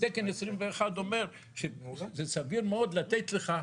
תקן 21 אומר שזה סביר מאוד לתת לך,